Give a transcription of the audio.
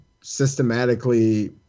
systematically